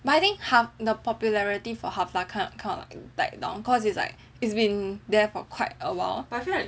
but I think ha the popularity for Hvala kind of kind of coffee kind of died down but it is been there for quite a while